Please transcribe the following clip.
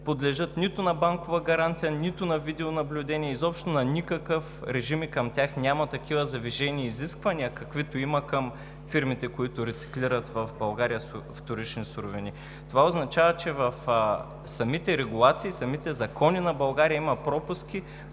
подлежат нито на банкова гаранция, нито на видеонаблюдение, изобщо на никакъв режим и към тях няма такива завишени изисквания, каквито има към фирмите в България, които рециклират вторични суровини. Това означава, че в самите регулации, в самите закони на България има пропуски,